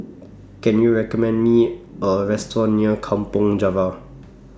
Can YOU recommend Me A Restaurant near Kampong Java